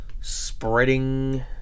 spreading